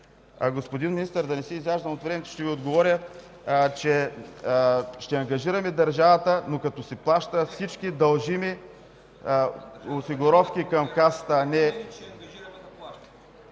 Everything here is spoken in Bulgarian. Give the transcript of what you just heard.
Господин Министър, да не си изяждам от времето, ще Ви отговоря, че ще ангажираме държавата, но като си плаща всички дължими осигуровки към Касата,